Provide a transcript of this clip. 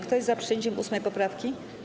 Kto jest za przyjęciem 8. poprawki?